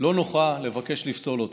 לא נוחה לבקש לפסול אותה.